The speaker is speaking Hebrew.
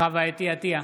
חוה אתי עטייה,